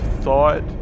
thought